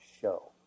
show